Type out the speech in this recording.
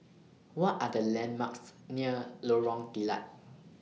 What Are The landmarks near Lorong Kilat